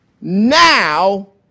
now